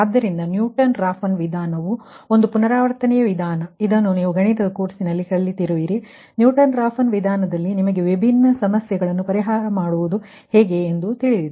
ಆದ್ದರಿಂದ Newton Raphson ವಿಧಾನವೂ ಒಂದು ಪುನರಾವರ್ತನೆಯ ವಿಧಾನ ಇದನ್ನು ನೀವು ಗಣಿತ ಕೋರ್ಸ್ನಲ್ಲಿ ಕಲಿತಿರುವಿರಿ ನ್ಯೂಟನ್ ರಾಫ್ಸನ್ ವಿಧಾನದಲ್ಲಿ ನಿಮಗೆ ವಿಭಿನ್ನ ಸಮಸ್ಯೆಗಳನ್ನುಪರಿಹಾರ ಮಾಡುವುದು ಹೇಗೆ ಎಂದು ತಿಳಿದಿದೆ